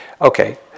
okay